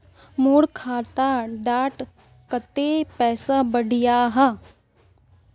मोर खाता डात कत्ते पैसा बढ़ियाहा?